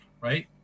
right